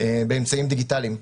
באמצעים דיגיטליים,